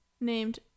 named